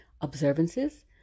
observances